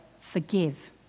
forgive